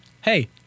Hey